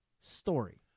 story